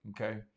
okay